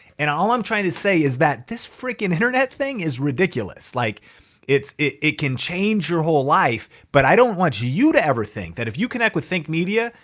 and all i'm trying to say is that this fricking internet thing is ridiculous. like it it can change your whole life. but i don't want you you to ever think that if you connect with think media,